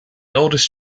oldest